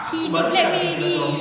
he blanket me already